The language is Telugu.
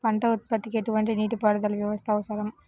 పంట ఉత్పత్తికి ఎటువంటి నీటిపారుదల వ్యవస్థ అవసరం?